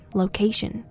location